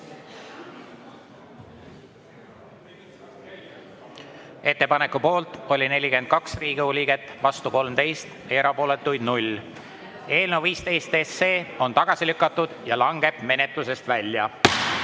Ettepaneku poolt oli 42 Riigikogu liiget, vastu 13, erapooletuid 0. Eelnõu 15 on tagasi lükatud ja langeb menetlusest välja. Head